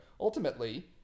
Ultimately